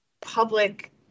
public